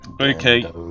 Okay